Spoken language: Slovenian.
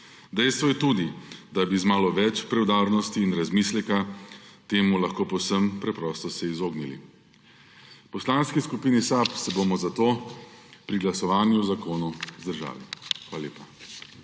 Dejstvo je tudi, da bi se z malo več preudarnosti in razmisleka temu lahko povsem preprosto izognili. V Poslanski skupini SAB se bomo zato pri glasovanju o zakonu vzdržali. Hvala lepa.